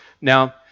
Now